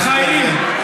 חברת הכנסת ורבין.